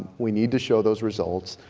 we need to show those results.